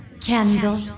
candle